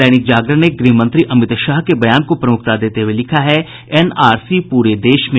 दैनिक जागरण ने गृह मंत्री अमित शाह के बयान को प्रमुखता देते हुए लिखा है एनआरसी पूरे देश में